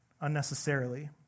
unnecessarily